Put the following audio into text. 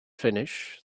finish